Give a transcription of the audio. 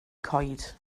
coed